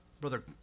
brother